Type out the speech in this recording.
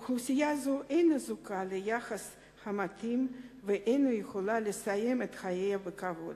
אוכלוסייה זו אינה זוכה ליחס המתאים ואינה יכולה לסיים את חייה בכבוד.